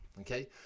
okay